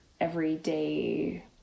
everyday